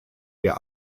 der